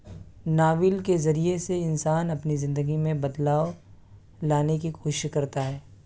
novel کے ذریعے سے انسان اپنی زندگی میں بدلاؤ لانے کی کوشش کرتا ہے